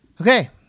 Okay